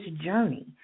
journey